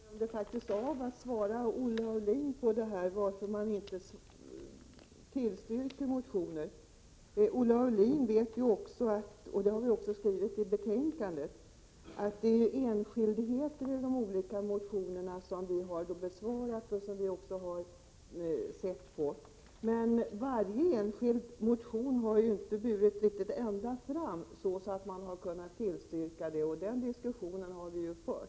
Herr talman! Jag glömde faktiskt att svara Olle Aulin på frågan varför utskottet inte har tillstyrkt motionerna. Olle Aulin vet att vi — det har vi skrivit i betänkandet — har sett på enskildheter i de olika motionerna och besvarat dem. Varje enskild motion har emellertid inte burit riktigt ända fram, så att man har kunnat tillstyrka dem. Den diskussionen har vi ju fört.